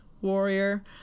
warrior